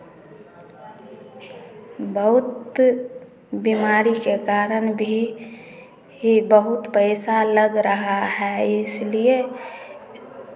बहुत बीमारी के कारण भी ही बहुत पैसा लग रहा है इसलिए